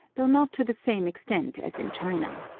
though not to the same extent as in china.